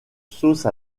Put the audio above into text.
sauce